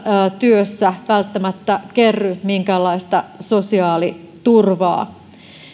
työssä välttämättä kerry minkäänlaista sosiaaliturvaa